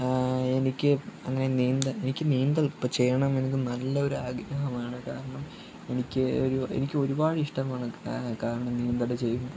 എനിക്ക് അങ്ങനെ നീന്താൻ എനിക്ക് നീന്തൽ ഇപ്പം ചെയ്യണമെന്ന് നല്ല ഒരു ആഗ്രഹമാണ് കാരണം എനിക്ക് ഒരു എനിക്ക് ഒരുപാട് ഇഷ്ടമാണ് കാരണം നീന്തൽ ചെയ്യുന്നത്